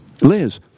Liz